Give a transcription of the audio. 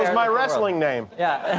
my wrestling name. yeah.